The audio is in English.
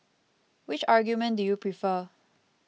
which argument do you prefer